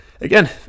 again